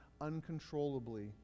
uncontrollably